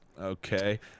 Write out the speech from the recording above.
okay